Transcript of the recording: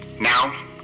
Now